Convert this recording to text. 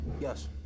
Yes